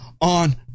on